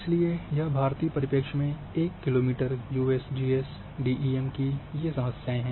इसलिए यह भारतीय परिपेक्ष में 1 kilometre U S G S D E M की ये समस्याएँ हैं